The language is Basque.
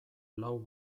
lau